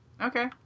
Okay